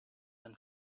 than